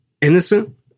innocent